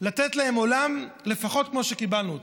לתת להם עולם לפחות כמו שקיבלנו אותו,